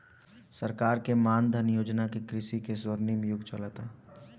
सरकार के मान धन योजना से कृषि के स्वर्णिम युग चलता